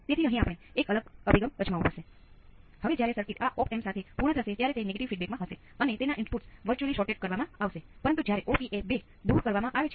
આ અલબત્ત આ બધા અચળ ઇનપુટ્સ છે